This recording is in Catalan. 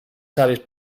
savis